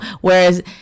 Whereas